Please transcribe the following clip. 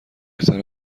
بهتر